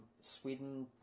Sweden